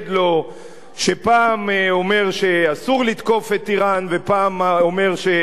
שפעם אומר שאסור לתקוף את אירן ופעם אומר שאין ברירה